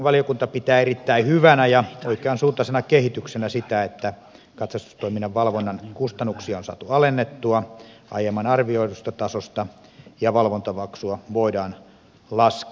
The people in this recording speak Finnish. valiokunta pitää erittäin hyvänä ja oikeansuuntaisena kehityksenä sitä että katsastustoiminnan valvonnan kustannuksia on saatu alennettua aiemmin arvioidusta tasosta ja valvontamaksua voidaan laskea